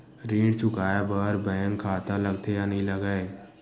ऋण चुकाए बार बैंक खाता लगथे या नहीं लगाए?